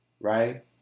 right